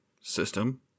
system